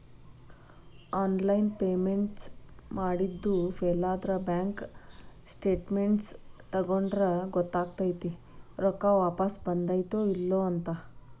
online payments ಮಾಡಿದ್ದು ಫೇಲಾದ್ರ bank statements ತಕ್ಕೊಂಡ್ರ ಗೊತ್ತಕೈತಿ ರೊಕ್ಕಾ ವಾಪಸ್ ಬಂದೈತ್ತೋ ಇಲ್ಲೋ ಅಂತ